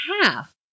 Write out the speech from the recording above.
half